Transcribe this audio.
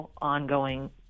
ongoing